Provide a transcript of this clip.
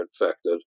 infected